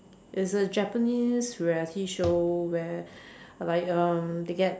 it's a Japanese reality show where like um they get